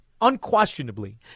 unquestionably